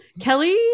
kelly